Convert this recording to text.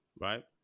right